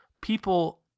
people